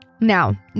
now